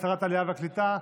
עם שרת העלייה והקליטה,